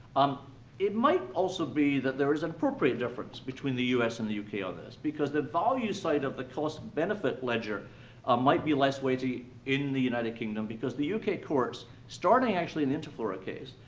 um it might also be that there is an appropriate difference between the u s. and the u k. on this because the value side of the cost-benefit ledger ah might be less weighty in the united kingdom because the u k. courts, starting actually in the interflora case,